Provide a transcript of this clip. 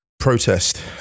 protest